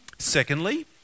Secondly